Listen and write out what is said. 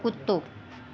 कुतो